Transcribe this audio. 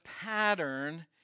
pattern